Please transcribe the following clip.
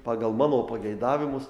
pagal mano pageidavimus